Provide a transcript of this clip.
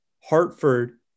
Hartford